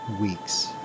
weeks